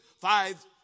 five